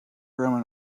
roman